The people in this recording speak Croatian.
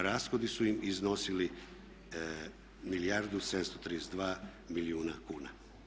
Rashodi su im iznosili milijardu i 732 milijuna kuna.